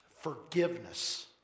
Forgiveness